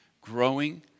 growing